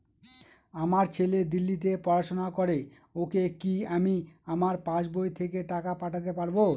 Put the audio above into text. আমার ছেলে দিল্লীতে পড়াশোনা করে ওকে কি আমি আমার পাসবই থেকে টাকা পাঠাতে পারব?